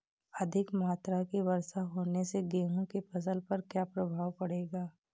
अधिक मात्रा की वर्षा होने से गेहूँ की फसल पर क्या प्रभाव पड़ेगा?